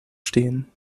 stehen